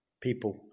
people